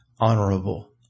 honorable